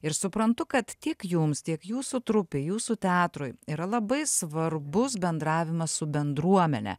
ir suprantu kad tiek jums tiek jūsų trupei jūsų teatrui yra labai svarbus bendravimas su bendruomene